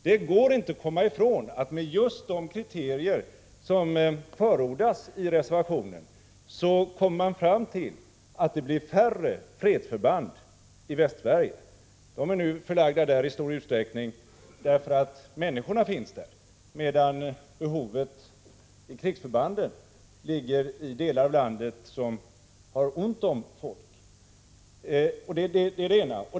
Det går inte att komma ifrån att man med just de kriterier som förordas i reservationen kommer fram till att det blir färre fredsförband i Västsverige. De är nu förlagda där i stor utsträckning därför att människorna finns där, medan behovet av krigsförband finns i de delar av landet som har ont om folk. Det är det ena.